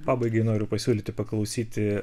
pabaigai noriu pasiūlyti paklausyti